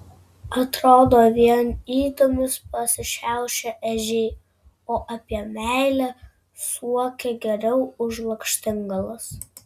atrodo vien ydomis pasišiaušę ežiai o apie meilę suokia geriau už lakštingalas